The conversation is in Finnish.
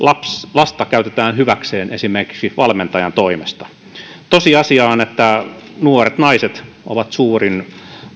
lasta käytetään hyväksi esimerkiksi valmentajan toimesta tosiasia on että nuoret naiset ovat suurin